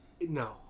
No